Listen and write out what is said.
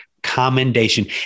Commendation